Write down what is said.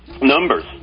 numbers